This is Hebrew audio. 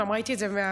גם ראיתי את זה,